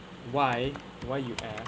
why why you have